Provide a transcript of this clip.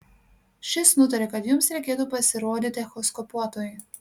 šis nutarė kad jums reikėtų pasirodyti echoskopuotojui